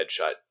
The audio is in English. headshot